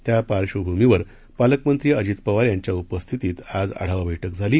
त्या पार्श्वभूमीवर पालकमंत्री अजित पवार यांच्या उपस्थितीत आज आढावा बैठक झाली